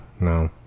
no